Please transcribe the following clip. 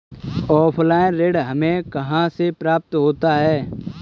Offline ऋण हमें कहां से प्राप्त होता है?